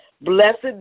blessed